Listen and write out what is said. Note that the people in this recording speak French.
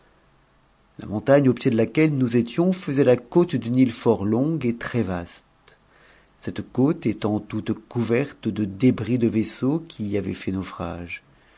la montagne au pied de laquelle nous étions faisait la côte d'une ile brt longue et très vaste cette côte était toute couverte de débris de vaisseaux qui y avaient fait naufrage